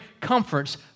comforts